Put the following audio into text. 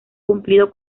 cumplido